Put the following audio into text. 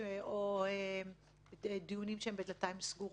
או דיונים שהם בדלתיים סגורות.